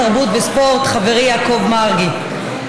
תרבות וספורט חברי יעקב מרגי,